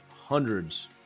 hundreds